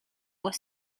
were